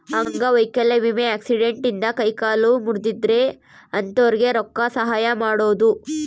ಅಂಗವೈಕಲ್ಯ ವಿಮೆ ಆಕ್ಸಿಡೆಂಟ್ ಇಂದ ಕೈ ಕಾಲು ಮುರ್ದಿದ್ರೆ ಅಂತೊರ್ಗೆ ರೊಕ್ಕ ಸಹಾಯ ಮಾಡೋದು